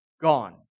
gone